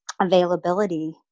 availability